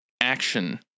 action